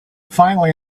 finally